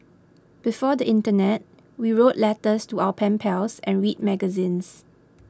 before the internet we wrote letters to our pen pals and read magazines